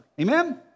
Amen